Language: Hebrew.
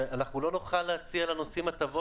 שאנחנו לא נוכל להציע לנוסעים הטבות.